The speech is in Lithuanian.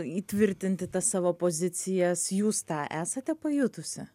įtvirtinti tas savo pozicijas jūs tą esate pajutusi